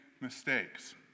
mistakes